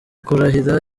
kurahira